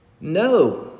No